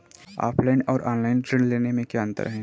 Offline और online ऋण लेने में क्या अंतर है?